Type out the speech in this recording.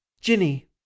Ginny